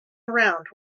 around